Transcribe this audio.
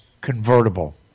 convertible